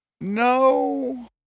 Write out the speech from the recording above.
no